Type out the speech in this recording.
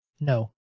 No